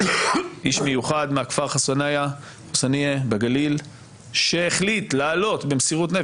איש מיוחד מהכפר חוסנייה בגליל שהחליט לעלות במסירות,